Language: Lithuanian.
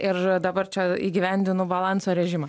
ir dabar čia įgyvendinu balanso režimą